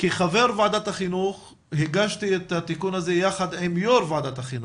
כחבר ועדת החינוך הגשתי את התיקון הזה יחד עם יו"ר ועדת החינוך,